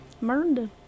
Miranda